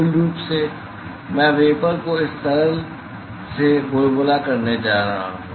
मूल रूप से मैं वेपर को इस तरल में बुलबुला करने जा रहा हूं